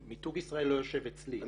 מיתוג ישראל לא יושב אצלי.